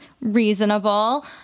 reasonable